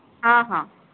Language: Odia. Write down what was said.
ହଁ ହଁ